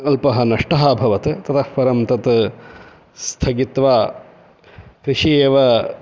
अल्पः नष्टः अभवत् ततःपरं तत् स्थगित्वा कृषिः एव